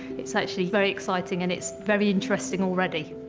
it's actually very exciting and it's very interesting already.